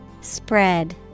Spread